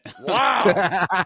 Wow